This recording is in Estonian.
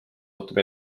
ootab